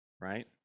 right